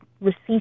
receipts